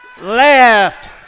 Left